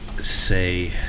say